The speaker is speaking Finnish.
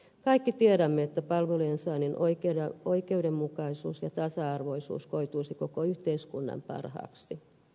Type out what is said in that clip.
kaikki tiedämme että palvelujen saannin oikeudenmukaisuus ja tasa arvoisuus koituisi koko yhteiskunnan parhaaksi